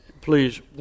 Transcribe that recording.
please